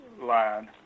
line